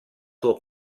tuo